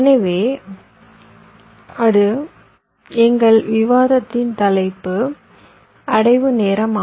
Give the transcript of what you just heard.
எனவே அடுத்த விவாதத்தின் தலைப்பு அடைவு நேரம்